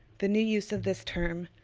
the new use of this term,